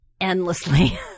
endlessly